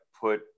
put